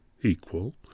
equal